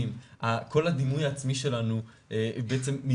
זה בדיוק מה שראינו באוגוסט האחרון כשהיו את מסיבות הענק של